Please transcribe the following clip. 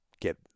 Get